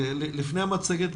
לפני המצגת,